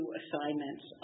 assignments